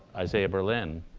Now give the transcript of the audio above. isaiah berlin,